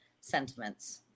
sentiments